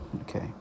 Okay